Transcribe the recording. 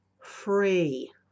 Free